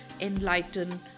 enlighten